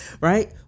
right